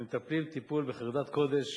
ומטפלים בחרדת קודש